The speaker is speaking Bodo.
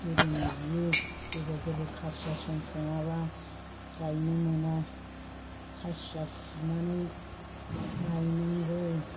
गोदोना जि गोबाव गोबाव खासिया सोमखाङाबा गायनो मोना खासिया फुनानै गायनांगौ